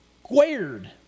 squared